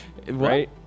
right